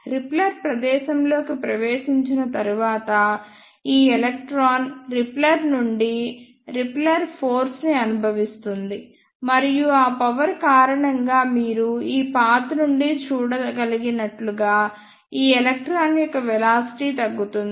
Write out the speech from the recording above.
repeller ప్రదేశంలోకి ప్రవేశించిన తరువాత ఈ ఎలక్ట్రాన్ రిపెల్లర్ నుండి రిపెల్లర్ ఫోర్స్ ని అనుభవిస్తుంది మరియు ఆ పవర్ కారణంగా మీరు ఈ పాత్ నుండి చూడగలిగినట్లుగా ఈ ఎలక్ట్రాన్ యొక్క వెలాసిటీ తగ్గుతుంది